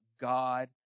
God